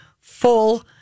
full